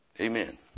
Amen